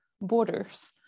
borders